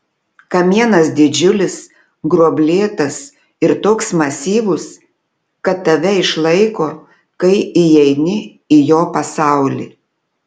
kamienas didžiulis gruoblėtas ir toks masyvus kad tave išlaiko kai įeini į jo pasaulį